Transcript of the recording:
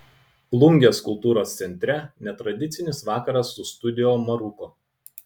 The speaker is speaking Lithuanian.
plungės kultūros centre netradicinis vakaras su studio maruko